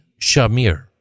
Shamir